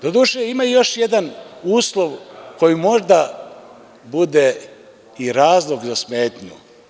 Doduše ima još jedan uslov koji može da bude i razlog za smetnju.